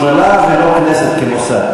השדולה ולא הכנסת כמוסד,